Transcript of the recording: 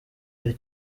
ari